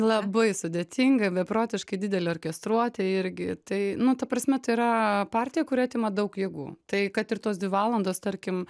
labai sudėtinga beprotiškai didelė orkestruotė irgi tai nu ta prasme tai yra partija kuri atima daug jėgų tai kad ir tos dvi valandos tarkim